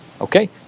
Okay